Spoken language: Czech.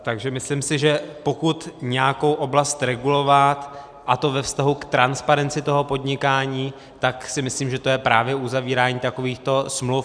Takže si myslím, že pokud nějakou oblast regulovat, a to ve vztahu k transparenci toho podnikání, tak si myslím, že to je právě uzavírání takovýchto smluv.